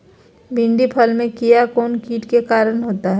भिंडी फल में किया कौन सा किट के कारण होता है?